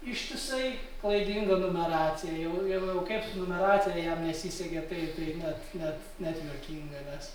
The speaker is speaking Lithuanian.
ištisai klaidinga numeracija jau jau kaip numeracija jam nesisekė tai tai net net net juokinga nes